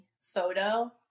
photo